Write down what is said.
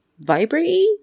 vibrate